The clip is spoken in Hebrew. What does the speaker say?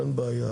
אין בעיה,